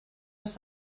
las